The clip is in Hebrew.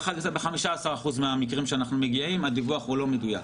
ב-15% מהמקרים שאנחנו מגיעים הדיווח הוא לא מדויק.